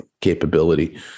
capability